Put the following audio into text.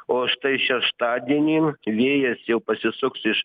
o štai šeštadienį vėjas jau pasisuks iš